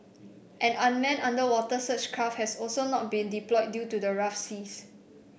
an unmanned underwater search craft has also not been deployed due to the rough seas